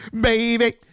baby